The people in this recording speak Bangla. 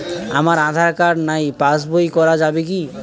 আমার আঁধার কার্ড নাই পাস বই করা যাবে কি?